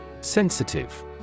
Sensitive